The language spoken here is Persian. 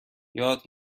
یاد